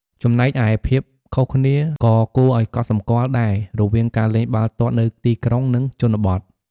ចំណែកឯភាពខុសគ្នាក៏គួរឲ្យកត់សម្គាល់ដែរ រវាងការលេងបាល់ទាត់នៅទីក្រុង និងជនបទ។